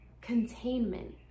containment